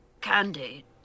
candy